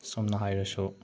ꯁꯣꯝꯅ ꯍꯥꯏꯔꯁꯨ